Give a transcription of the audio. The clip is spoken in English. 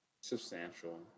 Substantial